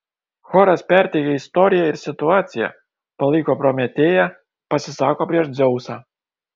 choras perteikia istoriją ir situaciją palaiko prometėją pasisako prieš dzeusą